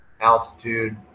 altitude